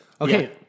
Okay